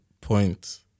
point